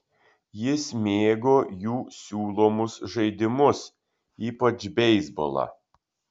jis mėgo jų siūlomus žaidimus ypač beisbolą